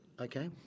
Okay